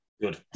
Good